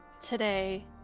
today